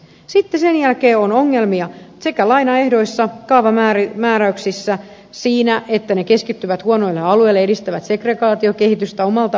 sitten sen jälkeen on ongelmia lainaehdoissa kaavamääräyksissä siinä että ne keskittyvät huonoille alueille edistävät segregaatiokehitystä omalta osaltaan